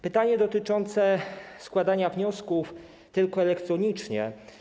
Pytanie dotyczące składania wniosków tylko elektronicznie.